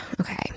okay